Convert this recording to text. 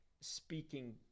speaking